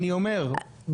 אני אומר,